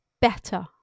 better